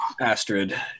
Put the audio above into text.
Astrid